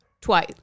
twice